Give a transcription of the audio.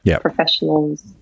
professionals